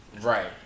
right